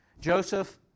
Joseph